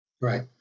right